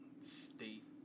state